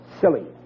Silly